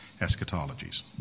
eschatologies